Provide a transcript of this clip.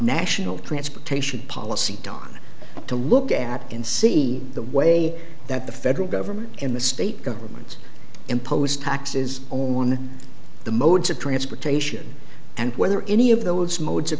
national transportation policy done to look at and see the way that the federal government in the state governments impose taxes own the modes of transportation and whether any of those modes of